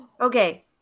Okay